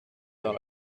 dans